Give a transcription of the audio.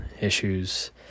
issues